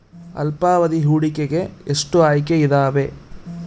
ಅಲ್ಪಾವಧಿ ಹೂಡಿಕೆಗೆ ಎಷ್ಟು ಆಯ್ಕೆ ಇದಾವೇ?